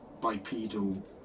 bipedal